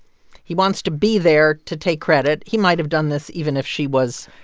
he wants to be there to take credit. he might have done this even if she was